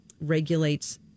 regulates